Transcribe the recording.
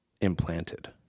implanted